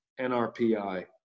NRPI